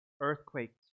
earthquakes